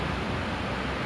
so how have you been